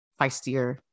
feistier